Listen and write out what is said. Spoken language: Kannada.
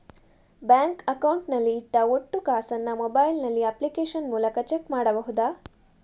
ಬ್ಯಾಂಕ್ ಅಕೌಂಟ್ ನಲ್ಲಿ ಇಟ್ಟ ಒಟ್ಟು ಕಾಸನ್ನು ಮೊಬೈಲ್ ನಲ್ಲಿ ಅಪ್ಲಿಕೇಶನ್ ಮೂಲಕ ಚೆಕ್ ಮಾಡಬಹುದಾ?